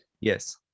yes